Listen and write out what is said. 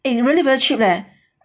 eh you really very cheap leh